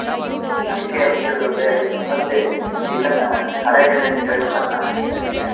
ಹಾಂ ಅದಕ್ಕೆ ಒಂಚೂರು ಬೇಗ ಬಂದು ಇದನ್ನು ಕಳೆ ಗಿಳೆ ಕೀಳ್ಬೇಕು ಅಣ್ಣ ಬೆಳಿಗ್ಗೆನೆ